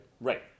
Right